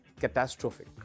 catastrophic